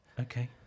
Okay